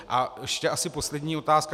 A ještě asi poslední otázka.